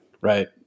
right